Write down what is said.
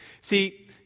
See